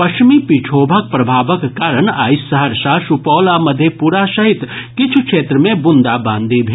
पश्चिमी विक्षोभक प्रभावक कारण आइ सहरसा सुपौल आ मधेपुरा सहित किछु क्षेत्र मे बुंदाबांदी भेल